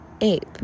ape